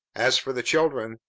as for the children,